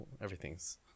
everything's